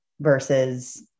versus